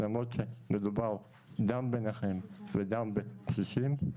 למרות שמדובר גם בנכים וגם בקשישים,